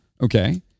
Okay